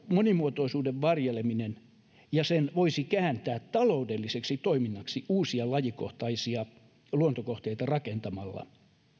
monimuotoisuuden varjelemisen voisi kääntää taloudelliseksi toiminnaksi uusia lajikohtaisia luontokohteita rakentamalla